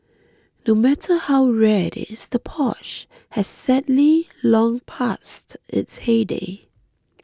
no matter how rare it is the Porsche has sadly long passed its heyday